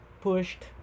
pushed